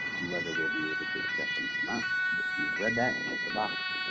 and whether we'll be able to accept them or not. so if you read that, check the box,